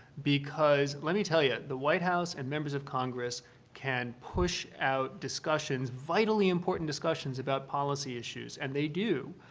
because let me tell you the white house and members of congress can push out discussions, discussions, vitally important discussions, about policy issues, and they do.